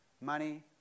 Money